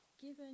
given